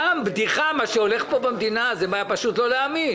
פה במדינה זה פשוט לא להאמין.